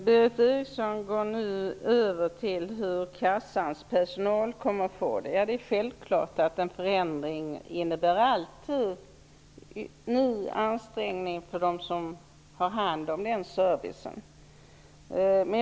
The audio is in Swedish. Fru talman! Berith Eriksson går nu över till att diskutera hur försäkringskassans personal kommer att få det. Det är självklart att en förändring alltid innebär en ny ansträngning för dem som har hand om denna service.